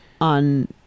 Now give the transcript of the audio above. on